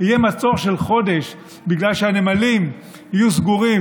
יהיה מצור של חודש בגלל שהנמלים יהיו סגורים,